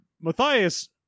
matthias